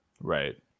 right